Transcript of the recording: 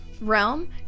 realm